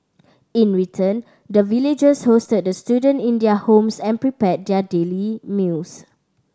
in return the villagers hosted the student in their homes and prepared their daily meals